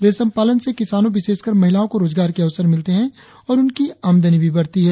रेशम पालन से किसानों विशेषकर महिलाओं को रोजगार के अवसर मिलते है और उनकी आमदनी भी बढ़ती है